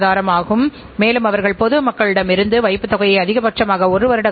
நாம் விரும்பிய முடிவுகளிலிருந்து விலகல் எவ்வளவு இருக்கலாம்